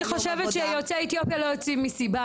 אני חושבת שיוצאי אתיופיה לא יוצאים מסיבה